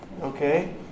Okay